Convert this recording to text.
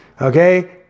okay